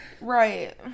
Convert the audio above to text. Right